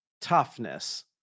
toughness